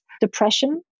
Depression